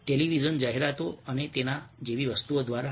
television જાહેરાતો અને તેના જેવી વસ્તુઓ દ્વારા